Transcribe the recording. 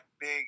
big